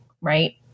Right